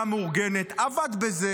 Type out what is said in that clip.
יואב סגלוביץ',